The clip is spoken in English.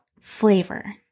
flavor